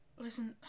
Listen